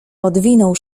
odwinął